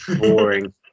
boring